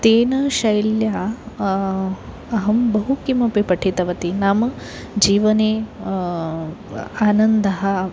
तेन शैल्या अहं बहु किमपि पठितवती नाम जीवने आनन्दः